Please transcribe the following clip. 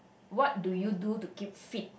what do you do to keep fit